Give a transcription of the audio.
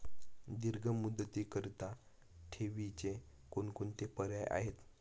दीर्घ मुदतीकरीता ठेवीचे कोणकोणते पर्याय आहेत?